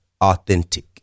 authentic